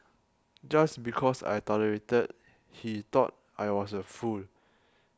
just because I tolerated he thought I was a fool